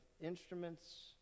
instruments